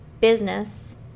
business